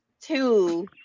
two